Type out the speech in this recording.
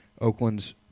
Oakland's